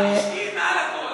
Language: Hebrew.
אשתי מעל הכול,